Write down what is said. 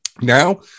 Now